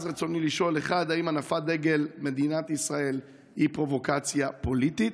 אז רצוני לשאול: 1. האם הנפת דגל מדינת ישראל היא פרובוקציה פוליטית?